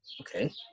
okay